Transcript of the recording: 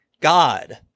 God